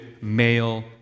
male